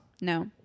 No